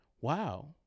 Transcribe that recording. Wow